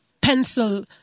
pencil